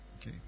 Okay